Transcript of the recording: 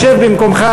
שב במקומך,